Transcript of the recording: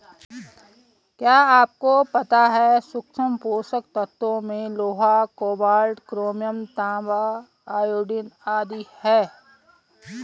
क्या आपको पता है सूक्ष्म पोषक तत्वों में लोहा, कोबाल्ट, क्रोमियम, तांबा, आयोडीन आदि है?